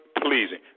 pleasing